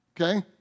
Okay